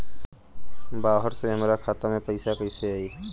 बाहर से हमरा खाता में पैसा कैसे आई?